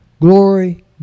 Glory